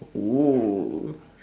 oh